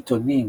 עיתונים,